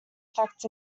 effect